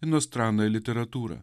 inostranaja literatūra